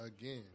Again